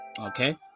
Okay